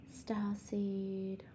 Starseed